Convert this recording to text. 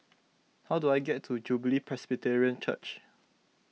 how do I get to Jubilee Presbyterian Church